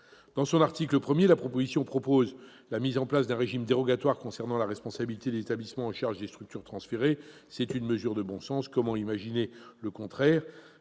Dans son article 1, la proposition de loi prévoit la mise en place d'un régime dérogatoire concernant la responsabilité des établissements chargés des structures transférées. Il s'agit d'une mesure de bon sens. Comment imaginer l'inverse ?